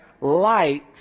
light